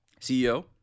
ceo